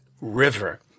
river